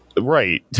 right